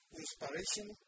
inspiration